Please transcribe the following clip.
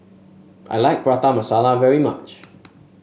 I like Prata Masala very much